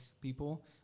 people